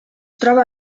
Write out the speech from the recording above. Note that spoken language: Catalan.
troba